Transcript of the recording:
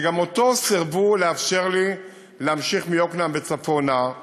שגם אותו סירבו לאפשר לי להמשיך מיקנעם וצפונה,